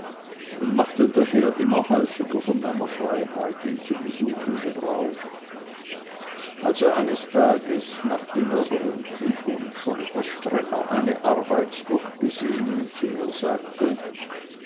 und machte daher immer häufiger von meiner freiheit ihn zu besuchen gebrauch als er eines tages nachdem er gründlich und schon etwas strenger eine arbeit durchgesehen zu mir sagte